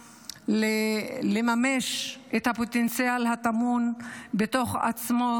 לממש את הפוטנציאל הטמון בתוך עצמו,